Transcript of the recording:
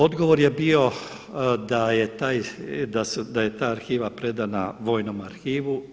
Odgovor je bio da je taj, da je ta arhiva predana vojnom arhivu.